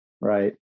right